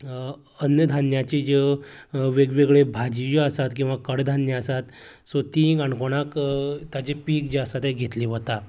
अन्य धान्न्यांची ज्यो वेगवेगळ्यो भाजी ज्यो आसात कडधान्या आसात सो तीय काणकोणांक तेचे पीक जे आसा तें घेतले वता